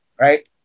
right